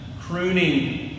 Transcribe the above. crooning